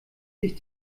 sich